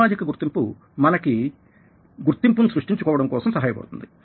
సామాజిక గుర్తింపు మనకి గుర్తింపుని సృష్టించుకోవడం కోసం సహాయపడుతుంది